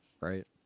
Right